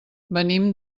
venim